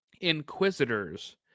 Inquisitors